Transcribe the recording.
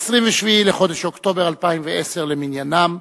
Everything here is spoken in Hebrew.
27 בחודש אוקטובר 2010 למניינם.